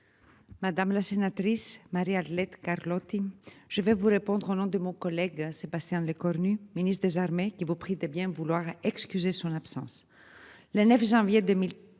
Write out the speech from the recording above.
Madame la sénatrice Marie-Arlette Carlotti, je vais vous répondre au long de mon collègue Sébastien Lecornu, ministre des armées qui vous prie de bien vouloir excuser son absence la 9 janvier 2013,